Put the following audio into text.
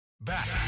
Back